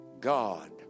God